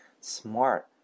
smart